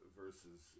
versus